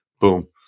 Boom